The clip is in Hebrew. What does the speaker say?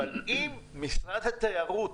אבל אם משרד התיירות,